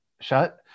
shut